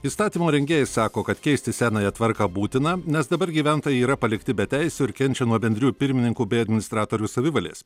įstatymo rengėjai sako kad keisti senąją tvarką būtina nes dabar gyventojai yra palikti be teisių ir kenčia nuo bendrijų pirmininkų bei administratorių savivalės